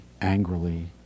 angrily